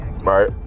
Right